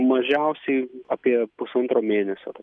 mažiausiai apie pusantro mėnesio